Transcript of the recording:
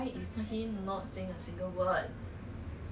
if you don't want to hang out might as well just go home FOMO ah